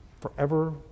forever